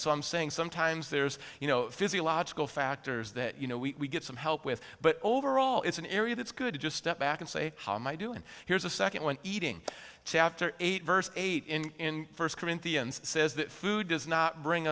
so i'm saying sometimes there's you know physiological factors that you know we get some help with but overall it's an area that's good to just step back and say how am i doing here's a second one eating chapter eight verse eight in first corinthians says that food does not bring